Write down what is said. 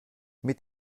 mit